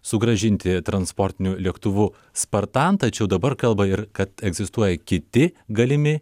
sugrąžinti transportiniu lėktuvu spartan tačiau dabar kalba ir kad egzistuoja kiti galimi